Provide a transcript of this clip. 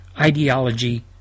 ideology